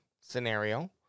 scenario